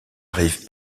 rive